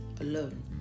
alone